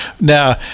Now